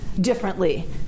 differently